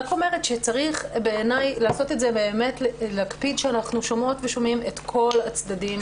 לדעתי צריך להקפיד שאנחנו שומעות ושומעים את כל הצדדים